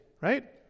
right